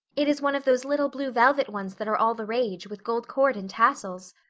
it is one of those little blue velvet ones that are all the rage, with gold cord and tassels.